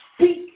speak